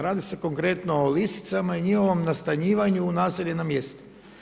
Radi se konkretno o lisicama i njihovom nastanjivanju u naseljena mjesta.